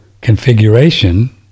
configuration